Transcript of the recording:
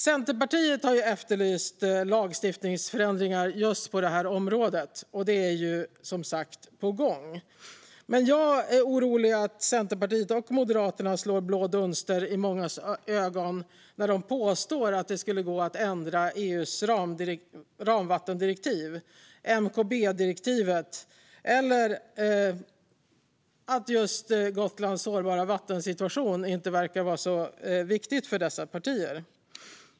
Centerpartiet har efterlyst lagstiftningsförändringar just på detta område, och det är som sagt på gång. Men jag är orolig över att Centerpartiet och Moderaterna slår blå dunster i mångas ögon när de påstår att det skulle gå att ändra EU:s ramvattendirektiv, MKB-direktivet. Gotlands sårbara vattensituation verkar inte vara så viktig för dessa partier.